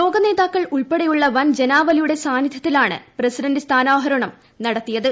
ലോക നേതാക്കൾ ഉൾപ്പെടെയുള്ള വൻ ് ജനാവലിയുടെ സാന്നിധൃത്തിലാണ് പ്രസിഡന്റ് സ്ഥാനാരോഹണം നടത്തിയത്